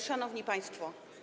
Szanowni Państwo!